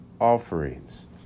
offerings